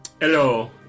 Hello